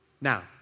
Now